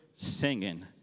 Singing